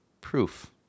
proof